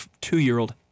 two-year-old